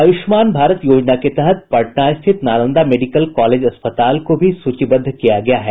आयुष्मान भारत योजना के तहत पटना स्थित नालंदा मेडिकल कॉलेज अस्पताल को भी सूचीबद्ध किया गया है